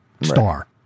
star